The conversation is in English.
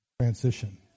Transition